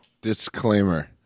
Disclaimer